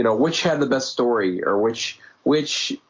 you know which had the best story or which which?